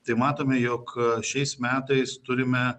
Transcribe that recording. tai matome jog šiais metais turime